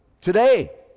Today